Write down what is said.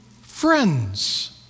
friends